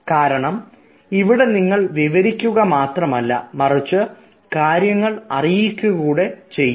കാരണം ഇവിടെ നിങ്ങൾക്ക് വിവരിക്കുക മാത്രമല്ല മറിച്ച് കാര്യങ്ങൾ അറിയിക്കുക കൂടി ചെയ്യാം